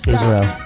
Israel